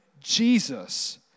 Jesus